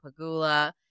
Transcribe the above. Pagula